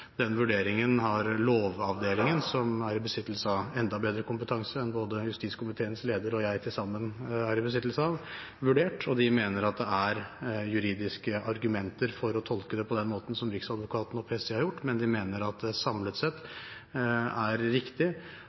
Den vurderingen har Lovavdelingen – som er i besittelse av enda bedre kompetanse enn både justiskomiteens leder og jeg til sammen er i besittelse av – vurdert, og de mener at det er juridiske argumenter for å tolke det på den måten som Riksadvokaten og PST har gjort, men de mener at det samlet sett er riktig